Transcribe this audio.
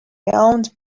owned